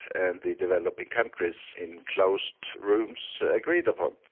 and the developing countries in closed rooms agreed upon.